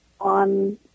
on